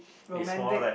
romantic